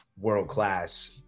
world-class